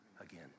again